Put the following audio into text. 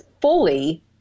fully